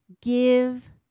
give